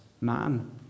man